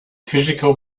physical